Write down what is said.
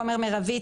"ריכוז מרבי",